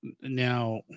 now